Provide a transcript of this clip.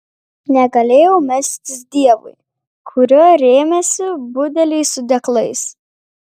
negalėjau melstis dievui kuriuo rėmėsi budeliai su deglais